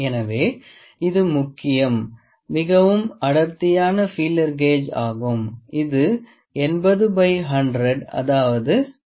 எனவே இது மிகவும் அடர்த்தியான ஃபீலர் கேஜ் ஆகும் இது 80100 அதாவது 0